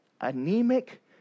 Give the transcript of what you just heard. anemic